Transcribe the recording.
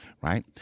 Right